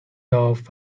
یافت